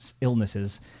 illnesses